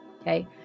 okay